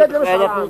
אני מתנגד למשאל עם.